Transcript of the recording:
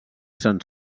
sant